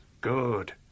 Good